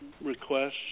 requests